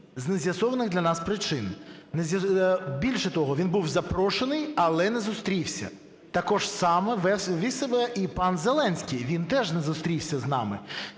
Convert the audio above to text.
з нез'ясованих для нас причин. Більше того, він був запрошений, але не зустрівся. Так само вів себе і пан Зеленський, він теж не зустрівся з нами.